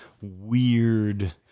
weird